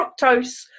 fructose